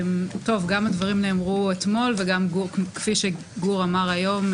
גם נאמרו אתמול, וגם כפי שגור אמר היום,